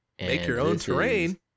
Make-your-own-terrain